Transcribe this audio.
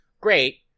great